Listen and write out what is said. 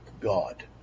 God